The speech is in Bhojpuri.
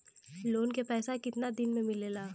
लोन के पैसा कितना दिन मे मिलेला?